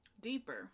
deeper